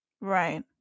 right